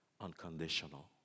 unconditional